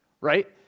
right